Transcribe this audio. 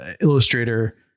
illustrator